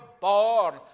born